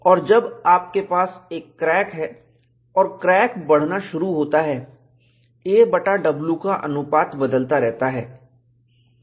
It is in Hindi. और जब आपके पास एक क्रैक है और क्रैक बढ़ना शुरू होता है a बटा w का अनुपात बदलता रहता है